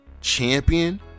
champion